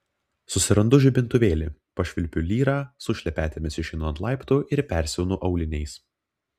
susirandu žibintuvėlį pašvilpiu lyrą su šlepetėmis išeinu ant laiptų ir persiaunu auliniais